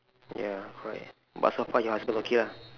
ya correct but so far your husband okay lah